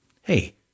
hey